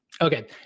Okay